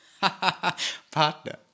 partner